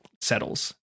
settles